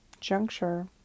juncture